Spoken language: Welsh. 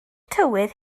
tywydd